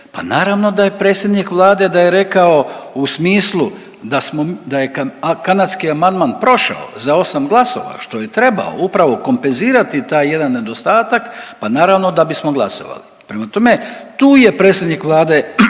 naravno da je predsjednik Vlade da je rekao u smislu da smo, da je, a kanadski amandman prošao za 8 glasova, što je trebao upravo kompenzirati taj jedan nedostatak, pa naravno da bismo glasovali, prema tome, tu je predsjednik Vlade